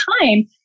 time